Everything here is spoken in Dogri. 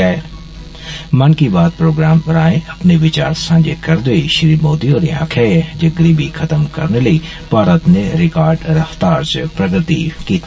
मन की बात प्रोग्राम राएं अपने विचार सांझे करदे होई श्री मोदी होरें आक्खेआ ऐ जे गरीबी खत्म करने लेई भारत नै रिकार्ड रफतार च प्रगति कीती